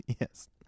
yes